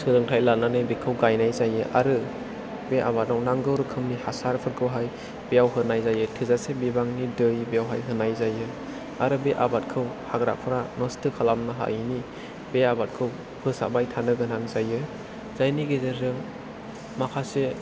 सोलोंथाइ लानानै बेखौ गायनाय जायो आरो बे आबादाव नांगौ रोखोमनि हासारफोरखौहाय बेयाव होनाय जायो थोजासे बिबांनि दै बेयावहाय होनाय जायो आरो बे आबादखौ हाग्राफोरा नस्त' खालामनो हायिनि बे आबादखौ फोसाब्बाय थानो गोनां जायो जायनि गेजेरजों माखासे